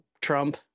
Trump